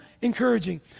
encouraging